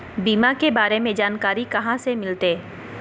बीमा के बारे में जानकारी कहा से मिलते?